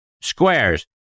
squares